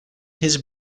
his